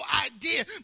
idea